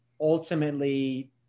ultimately